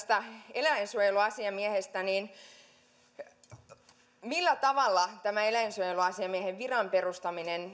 eläinsuojeluasiamiehestä millä tavalla tämä eläinsuojeluasiamiehen viran perustaminen